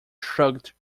shrugged